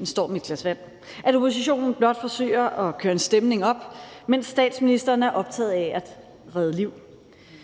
en storm i et glas vand, og at oppositionen blot forsøger at køre en stemning op, mens statsministeren er optaget af at redde liv.